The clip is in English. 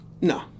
no